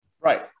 Right